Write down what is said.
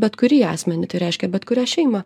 bet kurį asmenį tai reiškia bet kurią šeimą